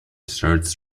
search